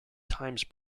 times